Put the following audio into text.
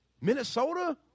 Minnesota